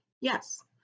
Yes